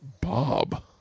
Bob